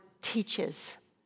teaches